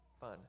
fun